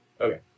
Okay